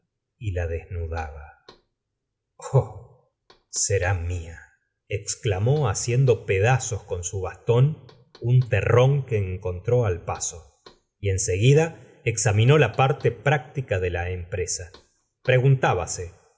y la desnudaba tomo gustavo flaubert oh será mia exclamó haciendo pedazos con su bastón un terrón que encontró al paso y en seguida examinó la parte práctica de la empresa preguntábase dónde